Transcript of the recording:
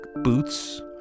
boots